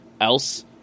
else